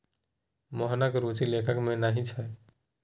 मोहनक रुचि लेखन मे नहि छै